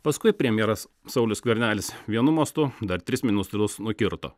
paskui premjeras saulius skvernelis vienu mostu dar tris ministrus nukirto